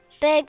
big